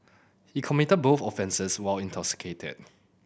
he committed both offences while intoxicated